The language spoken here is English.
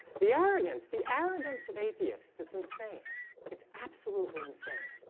the arrogance the arrogance of atheists that's insane it's absolutely insane,